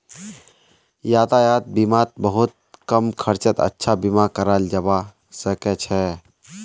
यातायात बीमात बहुत कम खर्चत अच्छा बीमा कराल जबा सके छै